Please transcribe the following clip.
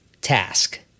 task